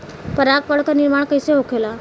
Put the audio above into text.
पराग कण क निर्माण कइसे होखेला?